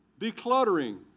Decluttering